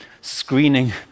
screening